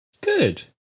Good